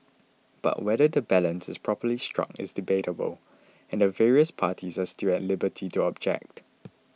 but whether the balance is properly struck is debatable and the various parties are still at liberty to object